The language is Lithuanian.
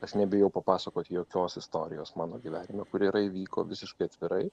aš nebijau papasakot jokios istorijos mano gyvenime kuri yra įvyko visiškai atvirai